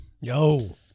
Yo